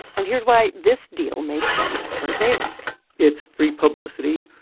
and here's why this deal made sense for bayrock it's free publicity.